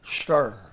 stir